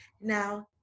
Now